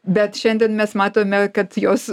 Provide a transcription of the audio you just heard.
bet šiandien mes matome kad jos